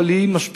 אבל היא משפיעה.